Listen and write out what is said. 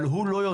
אבל הוא לא יודע.